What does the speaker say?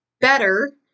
better